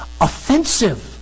offensive